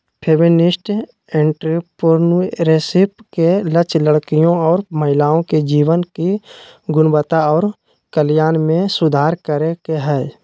feminist entrepreneurship के लक्ष्य लड़कियों और महिलाओं के जीवन की गुणवत्ता और कल्याण में सुधार करे के हय